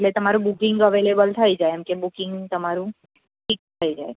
એટલે તમારું booking available થઈ જાય એમ કે બૂકિંગ તમારું ફિક્સ થઈ જાય